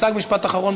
המושג משפט אחרון,